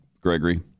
Gregory